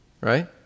Right